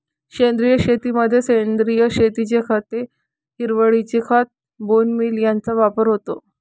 सेंद्रिय शेतीमध्ये सेंद्रिय उत्पत्तीची खते, हिरवळीचे खत, बोन मील यांचा वापर होतो